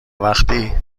وقتی